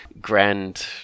grand